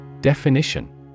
Definition